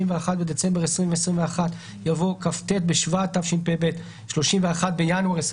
בדצמבר 2021 )" יבוא "כ"ט בשבט התשפ"ב (31 בינואר 2022.)"